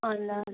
अँ ल